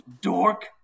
dork